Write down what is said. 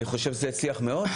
אני חושב שזה הצליח מאוד.